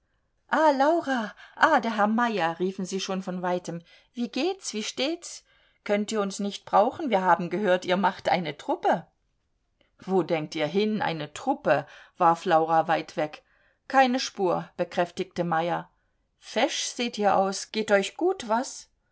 ah laura ah der herr meyer riefen sie schon von weitem wie geht's wie steht's könnt ihr uns nicht brauchen wir haben gehört ihr macht eine truppe wo denkt ihr hin eine truppe warf laura weit weg keine spur bekräftigte meyer fesch seht ihr aus geht euch gut was